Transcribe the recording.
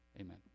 Amen